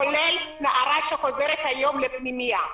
כולל נערה שחוזרת היום לפנימייה.